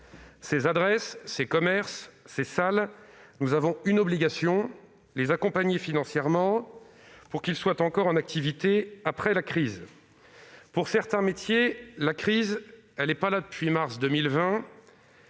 Ces adresses, ces commerces, ces salles, nous avons l'obligation de les accompagner financièrement pour qu'ils soient encore en activité après la crise. Pour certains métiers, la crise est bien antérieure à mars 2020,